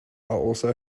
also